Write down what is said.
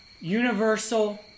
Universal